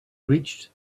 reached